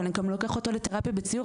ואני גם לא אקח אותו לתרפיה בציור,